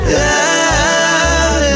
love